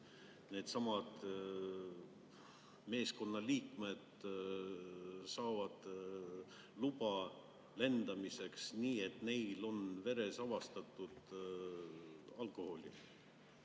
needsamad meeskonnaliikmed saavad loa lendamiseks nii, et neil on veres avastatud alkoholi.